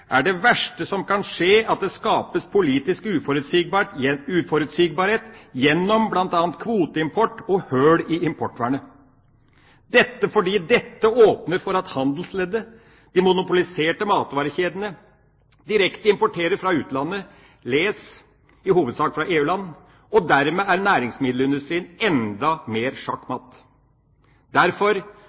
er det verste som kan skje at det skapes politisk uforutsigbarhet gjennom bl.a. kvoteimport og hull i importvernet, fordi dette åpner for at handelsleddet, de monopoliserte matvarekjedene, importerer direkte fra utlandet – les: i hovedsak fra EU-land – og dermed er næringsmiddelindustrien enda mer sjakk matt. Derfor